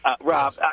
Rob